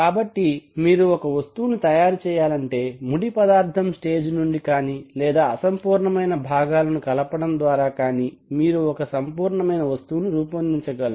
కాబట్టి మీరు ఒక వస్తువును తయారు చేయాలంటే ముడి పదార్థం స్టేజ్ నుండి కానీ లేదా అసంపూర్ణమైన భాగాలను కలపడం ద్వారా కానీ మీరు ఒక సంపూర్ణమైన వస్తువును రూపొందించగలరు